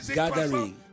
gathering